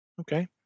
Okay